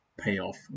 Payoff